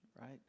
Right